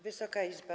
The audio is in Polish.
Wysoka Izbo!